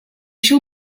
shall